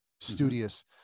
studious